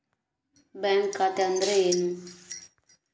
Bank ಖಾತೆ ಅಂದರೆ ಏನು?